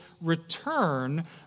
return